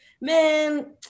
Man